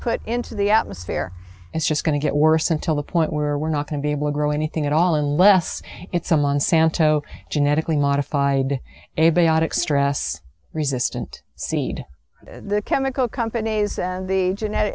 put into the atmosphere it's just going to get worse until the point where we're not going to be able to grow anything at all unless it's a monsanto genetically modified abiotic stress resistant seed the chemical companies and the genetic